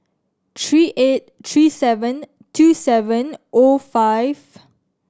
three eight three seven two seven O five